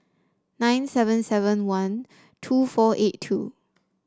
nine seven seven one two four eight two